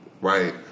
right